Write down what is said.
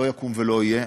לא יקום ולא יהיה,